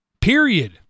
Period